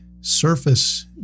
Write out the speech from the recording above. surface